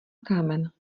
kámen